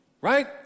Right